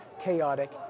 chaotic